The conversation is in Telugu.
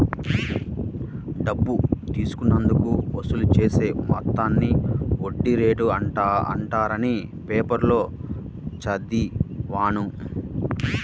డబ్బు తీసుకున్నందుకు వసూలు చేసే మొత్తాన్ని వడ్డీ రేటు అంటారని పేపర్లో చదివాను